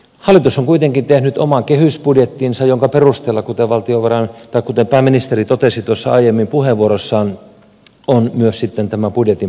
hallitus on kuitenkin tehnyt oman kehysbudjettinsa jonka perusteella kuten pääministeri totesi aiemmin puheenvuorossaan on myös tämä budjetin pohja laadittu